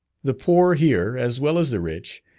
the poor here, as well as the rich,